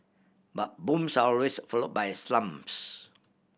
but booms are always followed by slumps